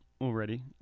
already